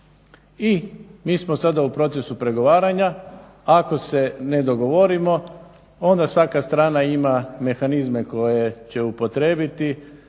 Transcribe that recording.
I mi smo sada u procesu pregovaranja, ako se ne dogovorimo onda svaka strana ima mehanizme koje će upotrijebiti.